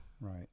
right